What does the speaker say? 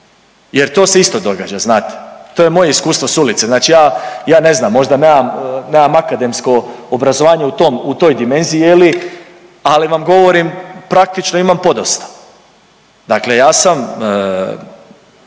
jer to se isto događa znate. To je moje iskustvo s ulice, znači ja, ja ne znam možda nemam, nemam akademsko obrazovanje u tom, u toj dimenziji je li, ali vam govorim praktično imam podosta. Dakle ja sam